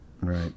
Right